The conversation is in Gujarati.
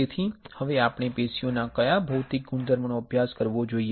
તેથી હવે આપણે પેશીઓના કયા ભૌતિક ગુણધર્મોનો અભ્યાસ કરવો જોઈએ